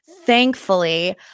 thankfully